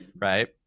right